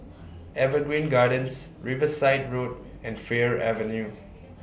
Evergreen Gardens Riverside Road and Fir Avenue